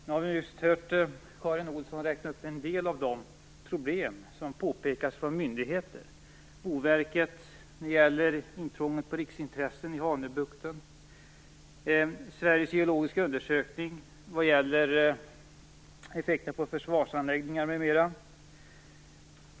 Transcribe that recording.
Fru talman! Nu har vi just hört Karin Olsson räkna upp en del av de problem som påpekas från myndigheter - Boverket när det gäller intrånget på riksintressen i Hanöbukten och Sveriges geologiska undersökning vad gäller effekten på försvarsanläggningar m.m.